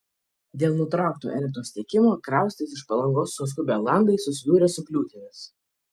dėl nutraukto elektros tiekimo kraustytis iš palangos suskubę olandai susidūrė su kliūtimis